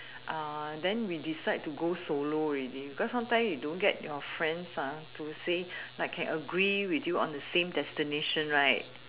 then we decide to go solo already because sometimes you don't get your friends to say like can agree with you on the same destination right